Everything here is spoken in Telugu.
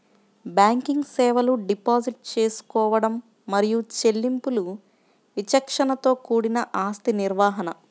బ్యాంకింగ్ సేవలు డిపాజిట్ తీసుకోవడం మరియు చెల్లింపులు విచక్షణతో కూడిన ఆస్తి నిర్వహణ,